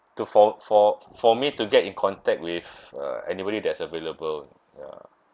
to for for for me to get in contact with uh anybody that's available ya